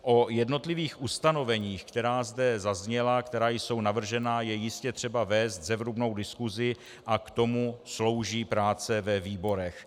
O jednotlivých ustanoveních, která zde zazněla, která jsou navržena, je jistě třeba vést zevrubnou diskusi a k tomu slouží práce ve výborech.